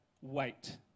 Wait